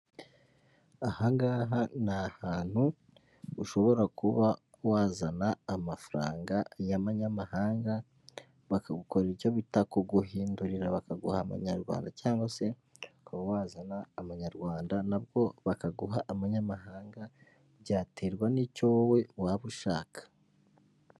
Ahangaha ni ahantu ushobora kuba wazana amafaranga y'abanyamahanga bakagukora icyo bita kuguhindurira bakaguha amanyarwanda cyangwa se ukaba wazana amanyarwanda nabwo bakaguha amanyamahanga byaterwa n'icyo wowe waba ushaka.